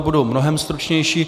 Budu mnohem stručnější.